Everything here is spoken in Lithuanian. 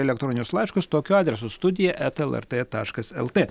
elektorinius laiškus tokiu adresu studija eta lrt taškas lt